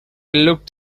looked